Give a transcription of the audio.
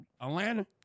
Atlanta